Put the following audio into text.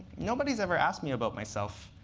nobody's ever asked me about myself.